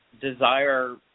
desire